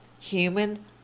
Human